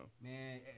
Man